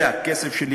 זה הכסף שלי,